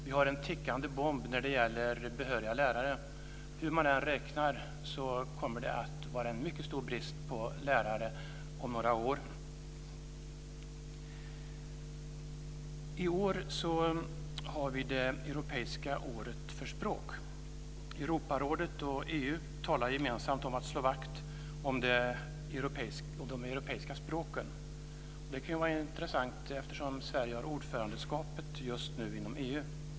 Vi har en tickande bomb när det gäller behöriga lärare. Hur man än räknar kommer det att vara en mycket stor brist på lärare om några år. I år har vi det europeiska året för språk. Europarådet och EU talar gemensamt om att slå vakt om de europeiska språken. Det kan ju vara intressant, eftersom Sverige just nu innehar ordförandeskapet inom EU.